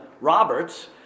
Roberts